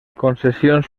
concessions